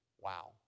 wow